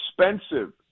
expensive